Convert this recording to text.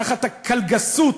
תחת ה"קלגסות"